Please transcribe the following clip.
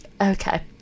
okay